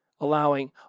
allowing